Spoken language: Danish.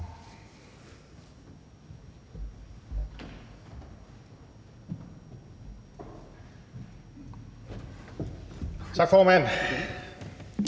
Så kommer der